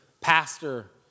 pastor